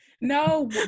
No